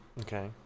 Okay